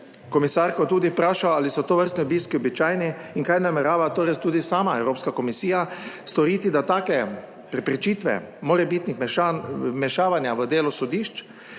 komisarko tudi vprašal ali so tovrstni obiski običajni in kaj namerava torej tudi sama Evropska komisija storiti, da take preprečitve morebitnih vmešavanja v delo sodišč,